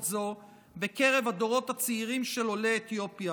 זו בקרב הדורות הצעירים של עולי אתיופיה.